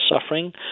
suffering